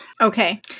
Okay